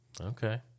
Okay